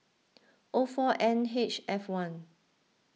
O four N H F one